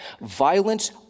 Violence